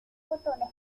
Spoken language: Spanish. botones